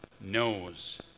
knows